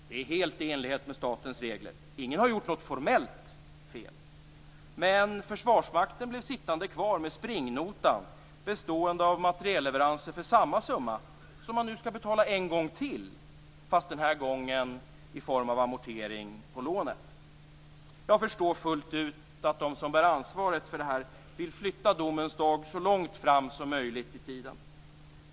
Det är helt i enlighet med statens regler - ingen har gjort något formellt fel - men Försvarsmakten blev sittande kvar med springnotan bestående av materielleveranser för samma summa som man nu skall betala en gång till, fast den här gången i form av amortering på lånet. Jag förstår fullt ut att de som bär ansvaret för detta vill flytta domens dag så långt fram som möjligt i tiden.